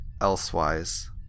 elsewise